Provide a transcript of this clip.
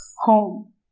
home